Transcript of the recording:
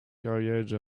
carriage